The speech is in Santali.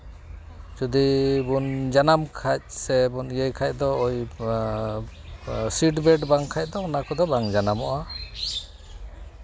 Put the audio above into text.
ᱡᱩᱫᱤ ᱵᱚᱱ ᱡᱟᱱᱟᱢ ᱠᱷᱟᱱ ᱥᱮᱵᱚᱱ ᱤᱭᱟᱹᱭ ᱠᱷᱟᱱ ᱫᱚ ᱳᱭ ᱥᱤᱴᱵᱞᱮᱴ ᱵᱟᱝ ᱠᱷᱟᱱ ᱫᱚ ᱚᱱᱟ ᱠᱚᱫᱚ ᱵᱟᱝ ᱡᱟᱱᱟᱢᱚᱜᱼᱟ